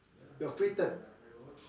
your free time